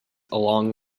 along